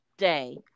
day